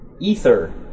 Ether